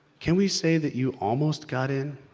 can we say that you almost got in